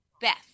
Beth